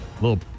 little